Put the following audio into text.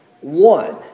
one